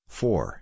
four